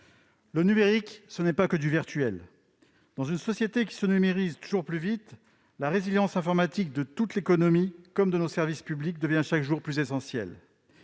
Le numérique, ce n'est pas que du virtuel. Dans une société qui se numérise toujours plus vite, la résilience informatique de toute l'économie comme de nos services publics devient chaque jour plus essentielle.